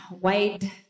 wide